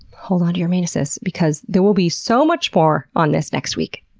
hold on to your manuses because there will be so much more on this next week.